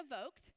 evoked